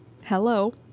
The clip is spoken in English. Hello